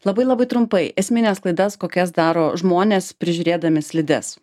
labai labai trumpai esmines klaidas kokias daro žmonės prižiūrėdami slides